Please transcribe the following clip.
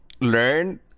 learn